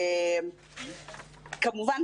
כמובן,